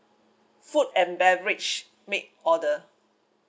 food and beverage make order